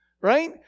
right